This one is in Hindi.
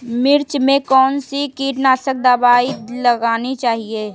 मिर्च में कौन सी कीटनाशक दबाई लगानी चाहिए?